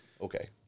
Okay